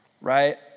right